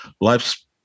life's